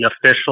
official